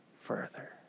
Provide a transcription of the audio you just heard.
further